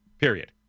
Period